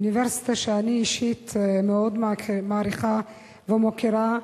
אוניברסיטה שאני אישית מאוד מעריכה ומוקירה,